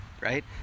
right